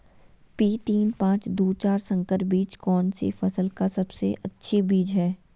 P तीन पांच दू चार संकर बीज कौन सी फसल का सबसे अच्छी बीज है?